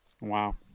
Wow